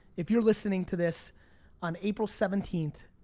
if you're listening to this on april seventeenth,